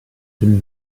been